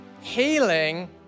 healing